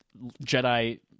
Jedi